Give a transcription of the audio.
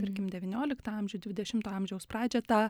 tarkim devynioliktą amžių dvidešimto amžiaus pradžią tą